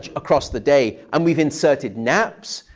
ah across the day. and we've inserted naps,